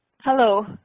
Hello